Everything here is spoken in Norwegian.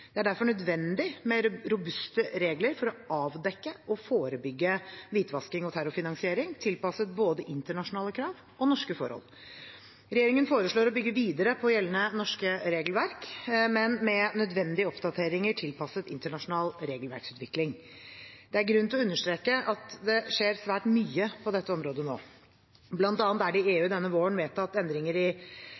Det er derfor nødvendig med robuste regler for å avdekke og forebygge hvitvasking og terrorfinansiering, tilpasset både internasjonale krav og norske forhold. Regjeringen foreslår å bygge videre på gjeldende norsk regelverk, men med nødvendige oppdateringer tilpasset internasjonal regelverksutvikling. Det er grunn til å understreke at det skjer svært mye på dette området nå. Blant annet er det i EU denne våren vedtatt endringer i